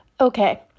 Okay